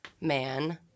man